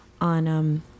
on